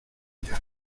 allá